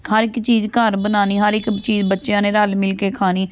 ਹਰ ਇੱਕ ਚੀਜ਼ ਘਰ ਬਣਾਉਣੀ ਹਰ ਇੱਕ ਚੀਜ਼ ਬੱਚਿਆਂ ਨੇ ਰਲ ਮਿਲ ਕੇ ਖਾਣੀ